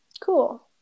cool